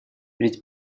ведь